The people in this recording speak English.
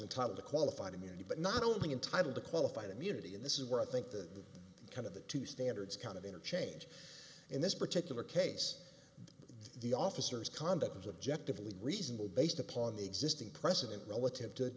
on top of the qualified immunity but not only entitled to qualified immunity and this is where i think the kind of the two standards kind of interchange in this particular case the officers conduct was objectively reasonable based upon the existing precedent relative to